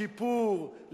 שיפור,